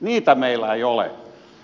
niitä meillä ei ole